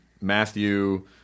matthew